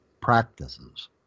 practices